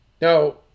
now